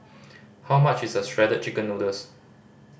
how much is Shredded Chicken Noodles